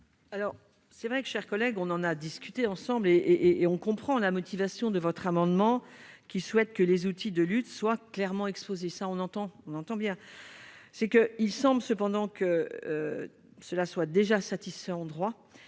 Alors c'est vrai qu'chers collègues, on en a discuté ensemble et et on comprend la motivation de votre amendement qui souhaite que les outils de lutte soient clairement exposés ça on entend, on entend bien, c'est que il semble cependant que cela soit déjà satisfait en droit,